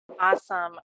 Awesome